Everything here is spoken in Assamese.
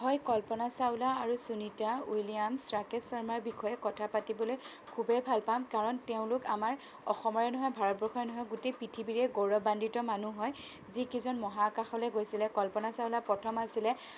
হয় কল্পনা চাওলা আৰু সুনীতা উইলিয়ামছ্ ৰাকেশ শৰ্মাৰ বিষয়ে কথা পাতিবলৈ খুবেই ভাল পাম কাৰণ তেওঁলোক আমাৰ অসমৰেই নহয় ভাৰতবৰ্ষৰেই নহয় গোটেই পৃথিৱীৰেই গৌৰৱান্বিত মানুহ হয় যিকেইজন মহাকাশলৈ গৈছিলে কল্পনা চাওলা প্ৰথম আছিলে